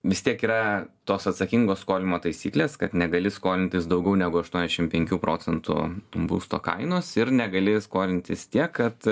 vis tiek yra tos atsakingo skolinimo taisyklės kad negali skolintis daugiau negu aštuoniasdešim penkių procentų būsto kainos ir negali skolintis tiek kad